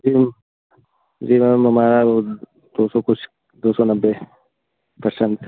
जी ma'am जी ma'am हमारा दो सौ कुछ दो सौ नब्बे है पर्सेंट है